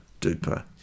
duper